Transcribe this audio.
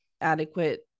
adequate